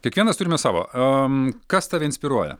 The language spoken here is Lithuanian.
kiekvienas turime savo am kas tave inspiruoja